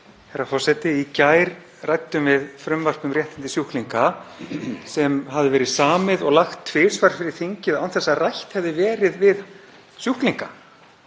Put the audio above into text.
Herra forseti. Í gær ræddum við frumvarp um réttindi sjúklinga sem hafði verið samið og lagt tvisvar fyrir þingið án þess að rætt hefði verið við sjúklinga.